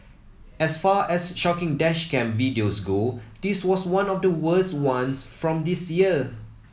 as far as shocking dash cam videos go this was one of the worst ones from this year